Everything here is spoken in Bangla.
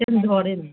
সেদিন ঝড় হয়েছিল